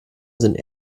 sind